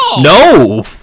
no